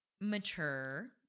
Mature